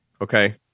Okay